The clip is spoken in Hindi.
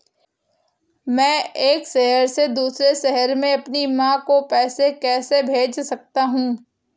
मैं एक शहर से दूसरे शहर में अपनी माँ को पैसे कैसे भेज सकता हूँ?